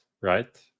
right